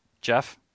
Jeff